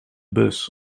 bus